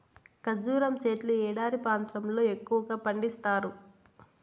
ఖర్జూరం సెట్లు ఎడారి ప్రాంతాల్లో ఎక్కువగా పండిత్తారు